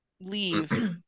leave